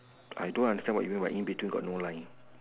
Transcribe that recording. I don't understand what do you mean by in between got no line